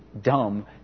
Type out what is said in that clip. dumb